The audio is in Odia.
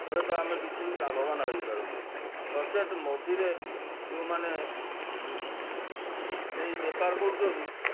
ହୁଏତ ଆମେ କିଛି ଲାଭବାନ ହେଇପାରନ୍ତୁ ନଚେତ୍ ମଝିରେ ଯେଉଁମାନେ ନେଇ ବେପାର କରୁଛନ୍ତି